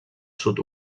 sud